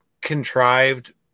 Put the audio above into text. contrived